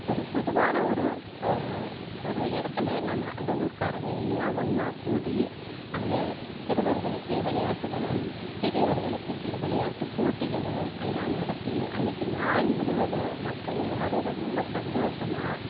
ஒரு பொதுவான ஒரு ஒரு இடத்துல நம்ம அந்த ஊர்காரங்கள் எல்லாம் ஒன்றாக்கூடி அங்கே சிறுவர்களுக்கு விளையாட்டுகளும் பெரியவர்களுக்கு சில விளையாட்டு போட்டிகளும் எல்லாம் நடத்தி அன்றைக்கி நாள் முழுவதும் மக்கள் எல்லாேரும் ரொம்ப சந்தோஷமாக